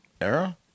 Era